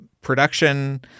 production